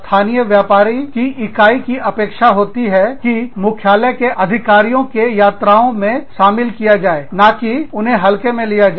स्थानीय व्यापारी की इकाई की अपेक्षा होती है कि मुख्यालय के अधिकारियों के यात्राओं में शामिल किया जाए ना कि उन्हें हल्के में लिया जाए